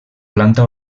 planta